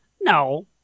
No